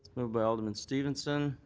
moved by alderman stevenson.